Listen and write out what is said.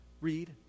read